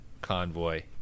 Convoy